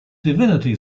divinity